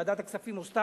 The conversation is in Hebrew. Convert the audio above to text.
ועדת הכספים עושה